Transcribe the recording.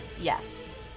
yes